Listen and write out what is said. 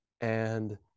And-